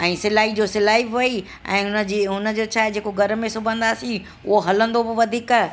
ऐं सिलाई जो सिलाई बि वई ऐं हुन जी हुन जो छा आहे जेको घर में सिबंदासीं उहो हलंदो बि वधीक